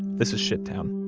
this is shittown